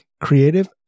creative